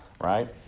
right